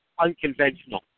unconventional